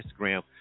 Instagram